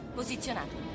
posizionato